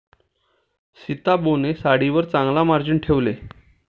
सीताबोने साडीवर चांगला मार्जिन ठेवले